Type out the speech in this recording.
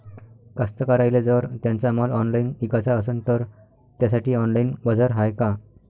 कास्तकाराइले जर त्यांचा माल ऑनलाइन इकाचा असन तर त्यासाठी ऑनलाइन बाजार हाय का?